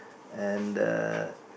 and uh